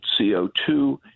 CO2